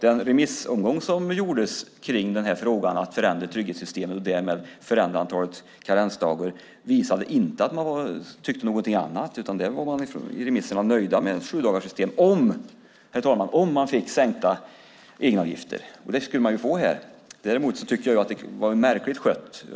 Den remissomgång som gjordes i frågan om att förändra trygghetssystemet och därmed förändra antalet karensdagar visade inte att man tyckte någonting annat, utan där var man i remisserna nöjda med ett sjudagarssystem - om man fick sänkta egenavgifter. Det skulle man få här. Däremot tyckte jag att det var märkligt skött.